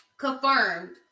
Confirmed